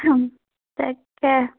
তাকে